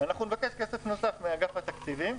אנחנו נבקש כסף נוסף מאגף התקציבים.